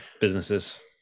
businesses